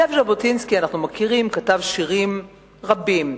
זאב ז'בוטינסקי כתב שירים רבים,